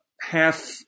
half